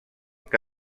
que